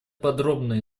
подробно